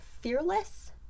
fearless